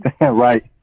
Right